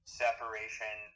separation